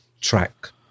track